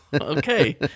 Okay